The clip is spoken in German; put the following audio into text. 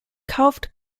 kauft